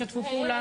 ישתפו פעולה.